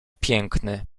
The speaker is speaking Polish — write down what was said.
piękny